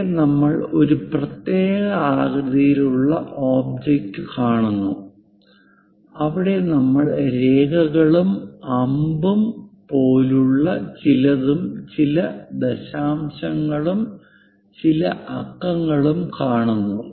ഇവിടെ നമ്മൾ ഒരു പ്രത്യേക ആകൃതിയിലുള്ള ഒബ്ജക്റ്റ് കാണുന്നു അവിടെ നമ്മൾ രേഖകളും അമ്പും പോലുള്ള ചിലതും ചില ദശാംശങ്ങളുള്ള ചില അക്കങ്ങളും കാണുന്നു